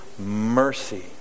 mercy